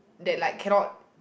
that like cannot